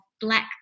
Black